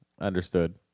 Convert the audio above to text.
Understood